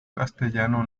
castellano